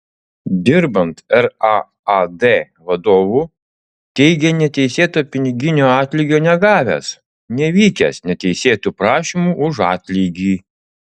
dirbant raad vadovu teigė neteisėto piniginio atlygio negavęs nevykęs neteisėtų prašymų už atlygį